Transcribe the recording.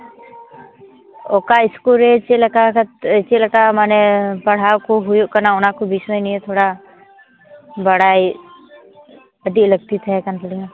ᱚᱠᱟ ᱤᱥᱠᱩᱞ ᱨᱮ ᱪᱮᱫᱞᱮᱠᱟ ᱠᱟᱛᱮ ᱪᱮᱫᱞᱮᱠᱟ ᱢᱟᱱᱮ ᱯᱟᱲᱦᱟᱣ ᱠᱚ ᱦᱩᱭᱩᱜ ᱠᱟᱱᱟ ᱚᱱᱟ ᱠᱚ ᱵᱤᱥᱚᱭ ᱱᱤᱭᱮ ᱛᱷᱚᱲᱟ ᱵᱟᱲᱟᱭ ᱟᱹᱰᱤ ᱞᱟᱹᱠᱛᱤ ᱛᱟᱦᱮᱸᱠᱟᱱ ᱛᱟᱹᱞᱤᱧᱟ